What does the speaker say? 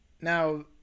Now